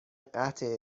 قطع